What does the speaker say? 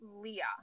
Leah